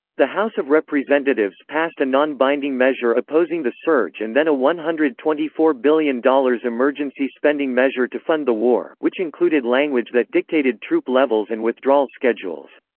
the house of representatives passed a non-binding measure opposing the surge and then a one hundred and twenty four billion dollars emergency spending measure to fund the war, which included language that dictated troop levels and withdrawal schedules.